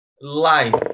life